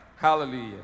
Hallelujah